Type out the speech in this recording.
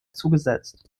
zugesetzt